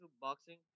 boxing